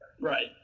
Right